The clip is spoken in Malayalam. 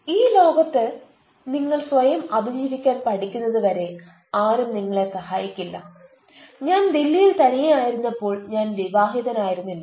ഈ ലോകത്ത് നിങ്ങൾ സ്വയം അതിജീവിക്കാൻ പഠിക്കുന്നത് വരെ ആരും നിങ്ങളെ സഹായിക്കില്ല ഞാൻ ദില്ലിയിൽ തനിയെ ആയിരുന്നപ്പോൾ ഞാൻ വിവാഹിതനായിരുന്നില്ല